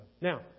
Now